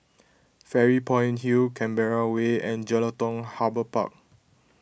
Fairy Point Hill Canberra Way and Jelutung Harbour Park